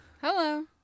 hello